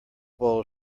bowl